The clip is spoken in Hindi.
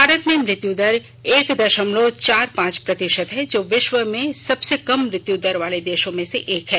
भारत में मृत्युतदर एक दशमलव चार पांच प्रतिशत है जो विश्व में सबसे कम मृत्यु दर वाले देशों में से एक है